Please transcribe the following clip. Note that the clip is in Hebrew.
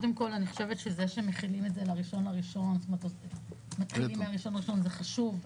אני חושבת שזה שמכינים את זה ל-1 בינואר זה חשוב.